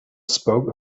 spoke